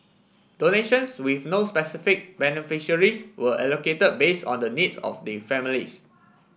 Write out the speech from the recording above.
donations with no specific beneficiaries were allocated base on the needs of the families